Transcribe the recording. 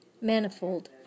manifold